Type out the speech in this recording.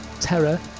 Terror